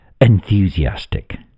enthusiastic